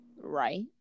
right